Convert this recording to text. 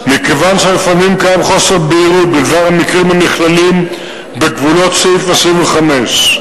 מכיוון שלפעמים קיים חוסר בהירות בדבר המקרים הנכללים בגבולות סעיף 25,